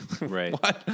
Right